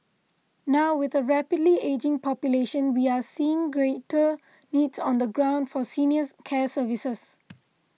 now with a rapidly ageing population we are seeing greater needs on the ground for senior care services